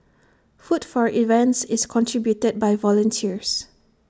food for events is contributed by volunteers